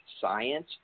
science